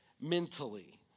mentally